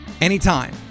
Anytime